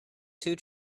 two